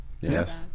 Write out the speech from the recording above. Yes